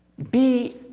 be,